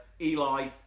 Eli